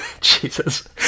Jesus